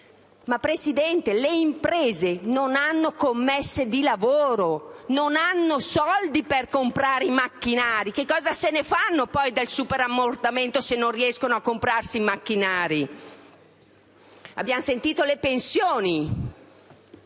Presidente, le imprese non hanno commesse di lavoro, non hanno soldi per comprare i macchinari, quindi cosa se ne fanno del superammortamento, se non riescono a comprarsi i macchinari? Abbiamo sentito parlare